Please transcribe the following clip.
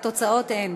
הן: